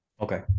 Okay